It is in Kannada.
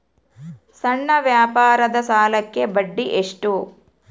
ಸಣ್ಣ ವ್ಯಾಪಾರದ ಸಾಲಕ್ಕೆ ಬಡ್ಡಿ ಎಷ್ಟು?